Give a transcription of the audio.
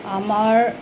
আমাৰ